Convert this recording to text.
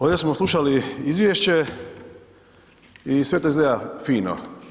Ovdje smo slušali izvješće i sve to izgleda fino.